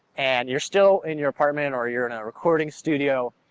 and you're still in your apartment or you're in a recording studio.